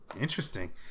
Interesting